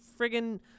friggin